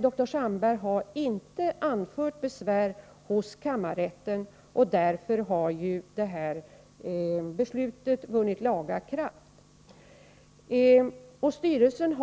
Dr Sandberg har dock inte anfört besvär hos kammarrätten, och därför har beslutet vunnit laga kraft. I det läget har styrelsen